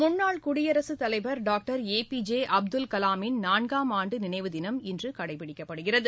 முன்னாள் குடியரசுத் தலைவா் doctor A P J Abdul கலாமின் நான்காம் ஆண்டு நினைவு தினம் இன்று கடைபிடிக்கப்படுகிறது